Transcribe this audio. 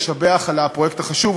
לשבח את הפרויקט החשוב,